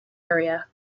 area